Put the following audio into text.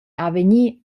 avegnir